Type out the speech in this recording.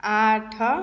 ଆଠ